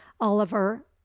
oliver